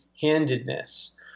handedness